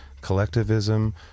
collectivism